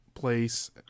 place